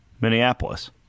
Minneapolis